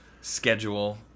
schedule